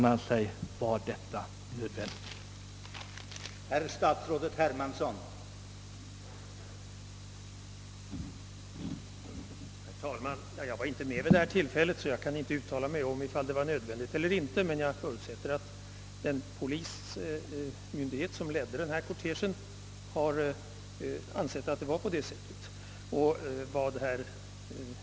— I varje fall var det inte good Wwill-skapande.